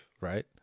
right